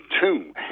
two